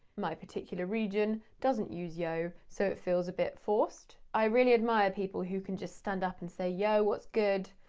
my particular region doesn't use yo, so it feels a bit forced. i really admire people who can just stand up and say, yo, what's good?